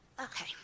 Okay